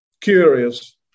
curious